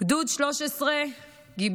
"גדוד 13 גיבורים,